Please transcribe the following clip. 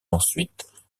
ensuite